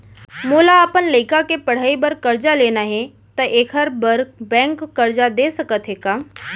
मोला अपन लइका के पढ़ई बर करजा लेना हे, त एखर बार बैंक करजा दे सकत हे का?